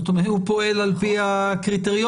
הוא פועל על פי הקריטריונים,